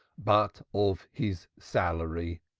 but of his salary.